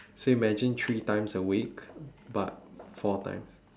so you imagine three times a week but four times